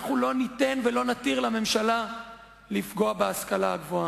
אנחנו לא ניתן ולא נתיר לממשלה לפגוע בהשכלה הגבוהה.